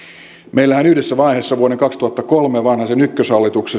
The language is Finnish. meillähän yhdessä vaiheessa vuoden kaksituhattakolme vanhasen ykköshallituksen